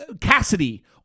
Cassidy